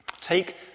Take